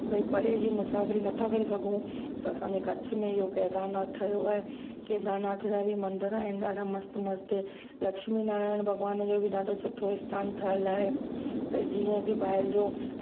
भई परे जी मुसाफ़िरी नथा करे सघूं त असांजे कच्छ में इहो केदारनाथ ठहियो आहे केदारनाथ जा बि मंदर आहिनि ॾाढा मस्तु मस्तु लक्ष्मी नारायण भॻवान जो बि ॾाढो सुठो आस्थानु ठहियल आहे भई जीअं कि ॿाहिरि जो